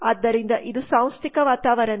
ಆದ್ದರಿಂದ ಇದು ಸಾಂಸ್ಥಿಕ ವಾತಾವರಣ